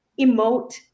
emote